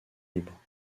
libre